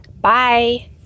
Bye